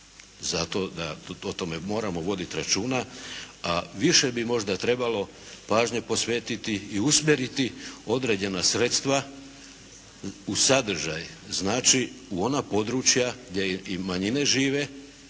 za to da o tome moramo voditi računa. A više bi možda trebalo pažnje posvetiti i usmjeriti određena sredstva u sadržaj, znači u ona područja gdje i manjine žive.